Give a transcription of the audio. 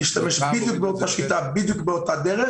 נשתמש בדיוק באותה שיטה ובדיוק באותה דרך